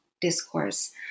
discourse